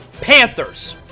Panthers